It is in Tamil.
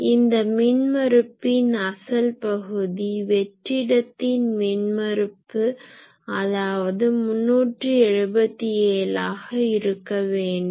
இந்த மின்மறுப்பின் அசல் பகுதி வெற்றிடத்தின் மின்மறுப்பு ஆதாவது 377 ஆக இருக்க வேண்டும்